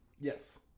Yes